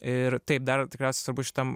ir taip dar tikriausiai svarbu šitam